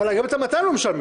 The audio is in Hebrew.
היום גם את ה-200 הם לא משלמים.